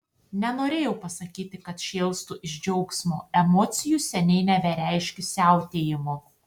nenorėjau pasakyti kad šėlstu iš džiaugsmo emocijų seniai nebereiškiu siautėjimu